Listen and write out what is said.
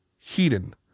Heaton